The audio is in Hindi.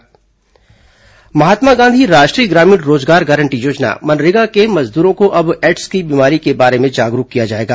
मनरेगा एडस महात्मा गांधी राष्ट्रीय ग्रामीण रोजगार गारंटी योजना मनरेगा के मजदूरों को अब एड्स बीमारी के बारे में जागरूक किया जाएगा